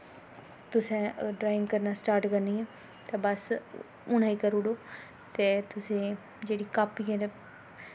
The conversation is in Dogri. तुसें ड्राईंग करना स्टार्ट करनी ऐं तां बस हुनै गै करी ओड़ो ते तुसें जेह्ड़ी कापी ऐ